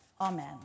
Amen